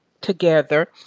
together